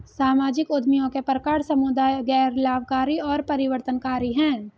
सामाजिक उद्यमियों के प्रकार समुदाय, गैर लाभकारी और परिवर्तनकारी हैं